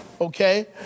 okay